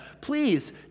please